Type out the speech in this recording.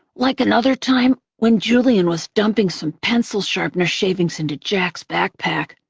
like another time when julian was dumping some pencil-sharpener shavings into jack's backpack,